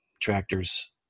tractors